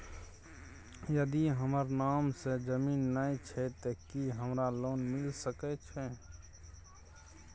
यदि हमर नाम से ज़मीन नय छै ते की हमरा लोन मिल सके छै?